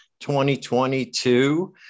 2022